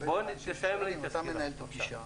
בוא תסיים את הסקירה.